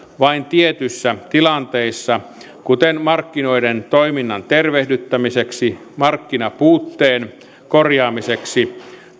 vain tietyissä tilanteissa kuten markkinoiden toiminnan tervehdyttämiseksi markkinapuutteen korjaamiseksi